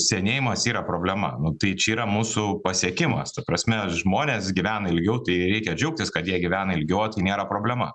senėjimas yra problema nu tai čia yra mūsų pasiekimas ta prasme žmonės gyvena ilgiau tai reikia džiaugtis kad jie gyvena ilgiau o tai nėra problema